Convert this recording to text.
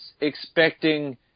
expecting